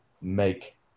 make